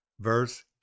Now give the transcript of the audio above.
verse